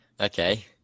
Okay